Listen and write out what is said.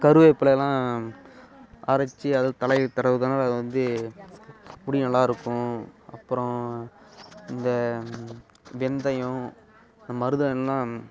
கருவேப்பிலையெலாம் அரைச்சு அதை தலையில் தடவுறதால் அது வந்து முடி நல்லா இருக்கும் அப்புறம் இந்த வெந்தயம் இந்த மருதாணியெலாம்